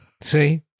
See